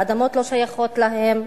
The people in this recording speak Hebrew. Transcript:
האדמות לא שייכות להם,